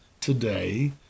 today